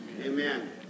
Amen